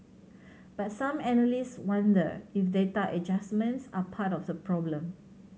but some analysts wonder if data adjustments are part of the problem